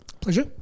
Pleasure